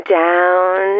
down